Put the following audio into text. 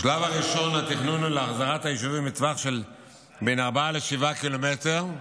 בשלב הראשון התכנון הוא להחזרת היישובים בטווח של בין 4 ל-7 קילומטר.